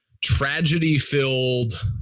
tragedy-filled